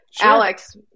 Alex